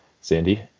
sandy